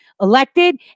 elected